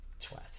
twat